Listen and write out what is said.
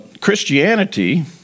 Christianity